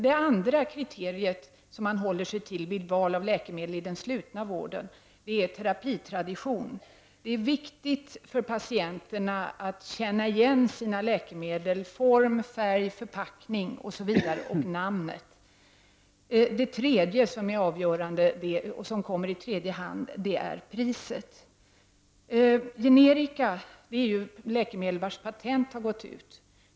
Det andra kriteriet som man håller sig till vid val av läkemedel i den slutna vården är terapitradition. Det är viktigt för patienterna att känna igen sina läkemedel — form, färg, förpackning, namn osv. Det avgörande kriterium som kommer i tredje hand är priset. Generika är ju läkemedel vilkas patent har gått ut.